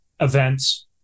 events